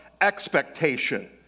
expectation